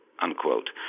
unquote